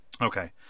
Okay